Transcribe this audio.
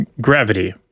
gravity